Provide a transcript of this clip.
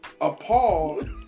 appalled